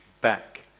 back